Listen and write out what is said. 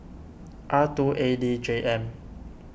R two A D J M